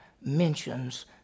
mentions